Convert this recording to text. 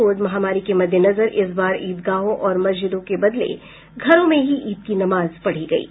Covid महामारी के मद्देनजर इस बार ईदगाहों और मस्जिदों के बदले घरों में ही ईद की नमाज पढ़ी गयी